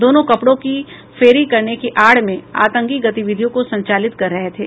दोनों कपड़ों की फेरी करने की आड़ में आतंकी गतिविधियों को संचालित कर रहे थे